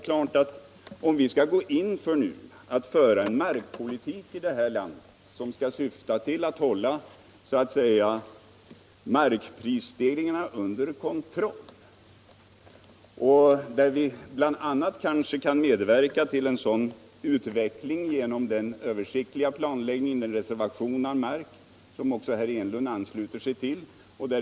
Jag sade att om vi nu skall gå in för en markpolitik som syftar till att hålla markprisstegringarna under kontroll, så kan vi medverka till en sådan utveckling bl.a. genom den översiktliga planläggning, den reservation av mark för jordbrukets behov som också herr Enlund ansluter sig till.